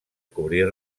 cobrir